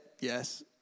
Yes